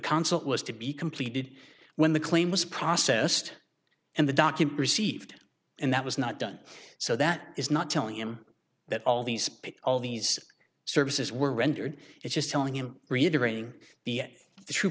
consulate was to be completed when the claim was processed and the document received and that was not done so that is not telling him that all these paid all these services were rendered it just telling him reiterating the the true